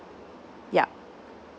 yup